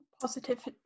Positive